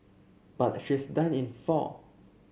but she's done in four